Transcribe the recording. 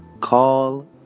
Call